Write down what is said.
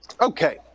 Okay